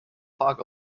park